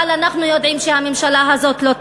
אבל אנחנו יודעים שהממשלה הזאת לא תשים,